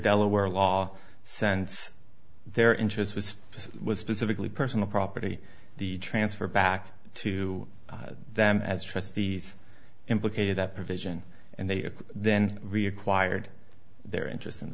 delaware law sense their interest was was specifically personal property the transfer back to them as trusts these implicated that provision and they then required their interest in